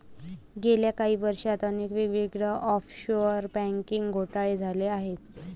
गेल्या काही वर्षांत अनेक वेगवेगळे ऑफशोअर बँकिंग घोटाळे झाले आहेत